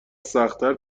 سختتر